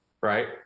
right